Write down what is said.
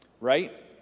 right